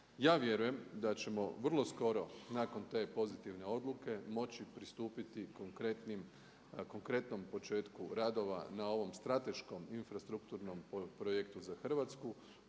Ja vjerujem da ćemo vrlo skoro nakon te pozitivne odluke moći pristupiti konkretnom početku radova na ovom strateškom infrastrukture projektu za Hrvatsku